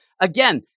again